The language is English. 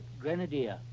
Grenadier